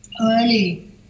early